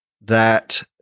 that-